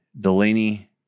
Delaney